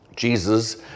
Jesus